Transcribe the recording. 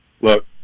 look